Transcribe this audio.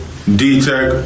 D-Tech